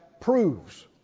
proves